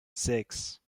sechs